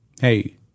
hey